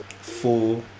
four